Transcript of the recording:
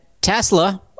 Tesla